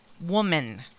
Woman